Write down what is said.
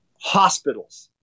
hospitals